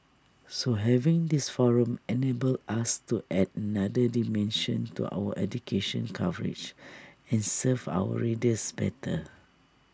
so having this forum enables us to add another dimension to our education coverage and serve our readers better